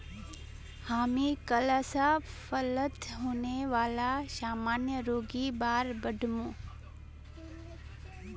हामी कल स फलत होने वाला सामान्य रोगेर बार पढ़ मु